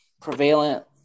prevalent